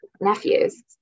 nephews